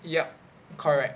yup correct